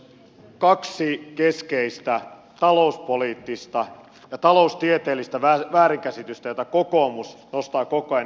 kaksi keskeistä talouspoliittista ja taloustieteellistä väärinkäsitystä joita kokoomus nostaa koko ajan esille